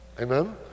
Amen